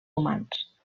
humans